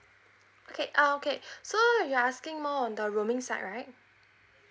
okay uh okay so you are asking more on the roaming side right